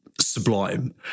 sublime